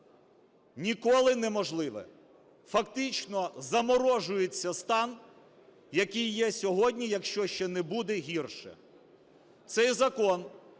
ніколи неможливе. Фактично заморожується стан, який є сьогодні, якщо ще не буде гірше. Цей закон